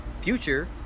Future